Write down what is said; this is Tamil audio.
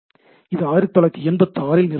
இது 1986 ல் நிறுவப்பட்டது